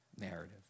narrative